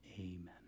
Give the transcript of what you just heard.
Amen